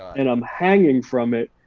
and i'm hanging from it.